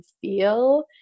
feel